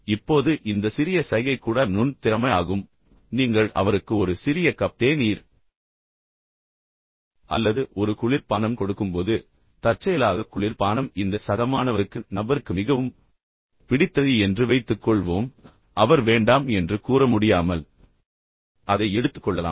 இப்போது இந்த சிறிய சைகை கூட நுண் திறமை ஆகும் நீங்கள் அவருக்கு ஒரு சிறிய கப் தேநீர் அல்லது ஒரு குளிர் பானம் கொடுக்கும்போது மற்றும் தற்செயலாக குளிர் பானம் இந்த சக மாணவருக்கு நபருக்கு மிகவும் பிடித்தது என்று வைத்துக்கொள்வோம் அவர் வேண்டாம் என்று கூறமுடியாமல் அதை எடுத்துக்கொள்ளலாம்